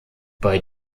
bei